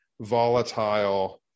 volatile